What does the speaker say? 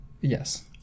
Yes